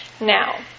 now